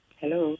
hello